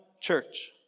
church